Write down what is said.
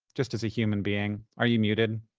just as a human being. are you muted?